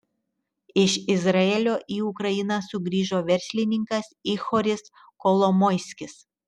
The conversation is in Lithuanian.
iš izraelio į ukrainą sugrįžo verslininkas ihoris kolomoiskis